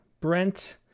Brent